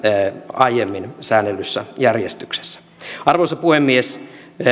aiemmin säännellyssä järjestyksessä arvoisa puhemies